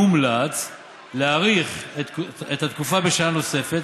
מומלץ להאריך את התקופה בשנה נוספת,